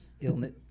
Illness